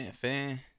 fan